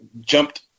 jumped